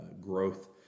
growth